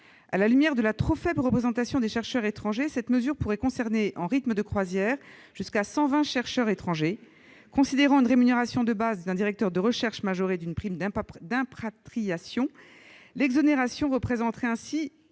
étrangers sont trop faiblement représentés en France, cette mesure pourrait concerner en rythme de croisière jusqu'à 120 chercheurs étrangers. Considérant une rémunération de base d'un directeur de recherche majorée d'une prime d'impatriation, l'exonération représenterait ainsi